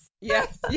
yes